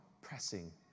pressing